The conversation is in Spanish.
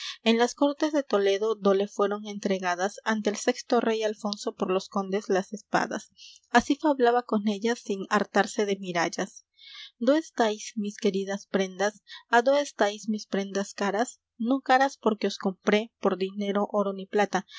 en las cortes de toledo do le fueron entregadas ante el sexto rey alfonso por los condes las espadas así fablaba con ellas sin hartarse de mirallas dó estáis mis queridas prendas á dó estáis mis prendas caras no caras porque os compré por dinero oro ni plata